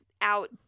out